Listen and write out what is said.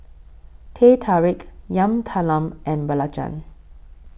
Teh Tarik Yam Talam and Belacan